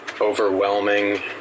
overwhelming